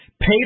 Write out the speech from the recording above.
Pay